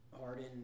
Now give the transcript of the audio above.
Harden